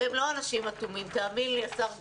והם לא אנשים אטומים, תאמין לי, השר גלנט,